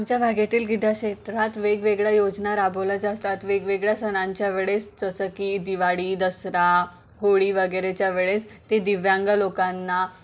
आमच्या भागातील क्रीडा क्षेत्रात वेगवेगळ्या योजना राबवल्या जातात वेगवेगळ्या सणांच्या वेळेस जसं की दिवाळी दसरा होळी वगैरेच्या वेळेस ते दिव्यांग लोकांना